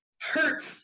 hurts